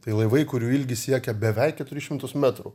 tai laivai kurių ilgis siekia beveik keturis šimtus metrų